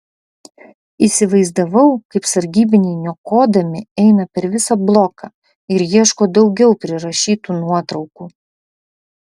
įsivaizdavau kaip sargybiniai niokodami eina per visą bloką ir ieško daugiau prirašytų nuotraukų